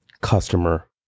customer